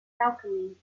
alchemy